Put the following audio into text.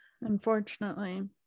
Unfortunately